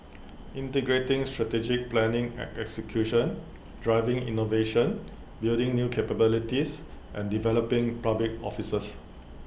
integrating strategic planning and execution driving innovation building new capabilities and developing public officers